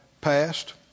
passed